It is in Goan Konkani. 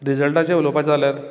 रिजल्टाचें उलोवपाचें जाल्यार